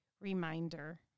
reminder